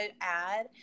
add